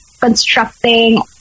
constructing